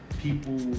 people